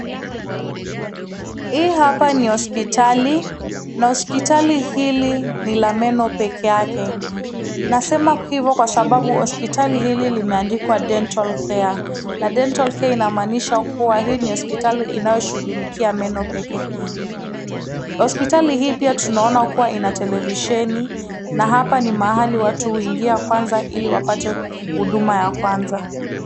Hii hapa ni hospitali, na hospitali hili ni la meno peke yake, Nasema hivyo kwa sababu hili limeandikwa Dental Care na Dental Care inamaanisha kuwa hii ni hospitali inayoshughulikia meno pekee. Hospitali hii pia tunaona kuwa ina televisheni na hapa ni mahali watu huingia kwanza ili wapate huduma ya kwanza.